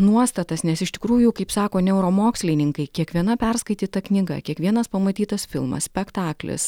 nuostatas nes iš tikrųjų kaip sako neuromokslininkai kiekviena perskaityta knyga kiekvienas pamatytas filmas spektaklis